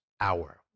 hour